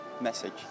message